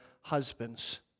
husbands